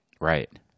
Right